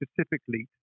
specifically